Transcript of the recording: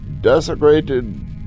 desecrated